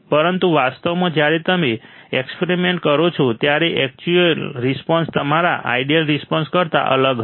પરંતુ વાસ્તવમાં જ્યારે તમે એક્સપેરિમેન્ટ કરો છો ત્યારે એક્ચ્યુઅલ રિસ્પોન્સ તમારા આઈડિઅલ રિસ્પોન્સ કરતાં અલગ હશે